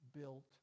built